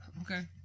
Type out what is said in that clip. Okay